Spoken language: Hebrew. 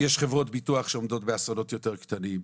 יש חברות ביטוח שעומדות באסונות יותר קטנים,